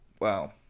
wow